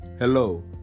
Hello